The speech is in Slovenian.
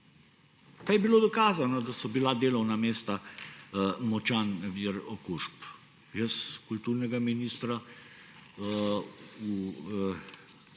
pa je bilo dokazano, da so bila delovna mesta močan vir okužb. Jaz kulturnega ministra v